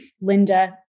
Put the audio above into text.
Linda